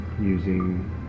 using